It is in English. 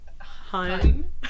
Hun